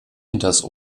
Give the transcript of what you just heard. hinters